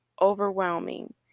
overwhelming